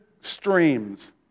streams